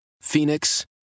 Phoenix